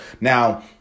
Now